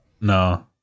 No